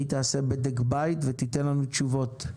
והיא תעשה בדק בית ותיתן לנו תשובות.